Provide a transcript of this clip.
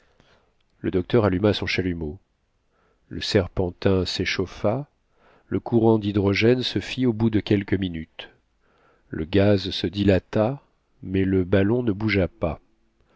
le docteur alluma son chalumeau le serpentin s'échauffa le courant d'hydrogène se fit au bout de quelques minutes le gaz se dilata mais le ballon ne bougea pas